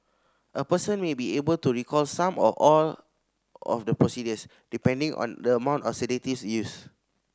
a person may be able to recall some or all of the procedures depending on the amount of sedatives used